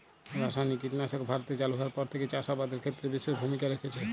রাসায়নিক কীটনাশক ভারতে চালু হওয়ার পর থেকেই চাষ আবাদের ক্ষেত্রে বিশেষ ভূমিকা রেখেছে